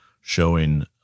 showing